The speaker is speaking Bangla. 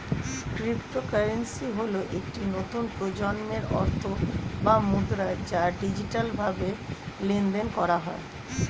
ক্রিপ্টোকারেন্সি হল একটি নতুন প্রজন্মের অর্থ বা মুদ্রা যা ডিজিটালভাবে লেনদেন করা হয়